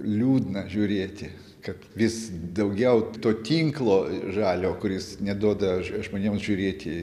liūdna žiūrėti kad vis daugiau to tinklo žalio kuris neduoda žmonėms žiūrėti